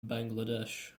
bangladesh